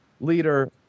leader